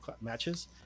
matches